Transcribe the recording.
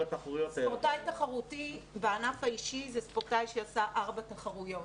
ספורטאי תחרותי בענף האישי זה ספורטאי שעשה ארבע תחרויות.